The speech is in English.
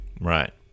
Right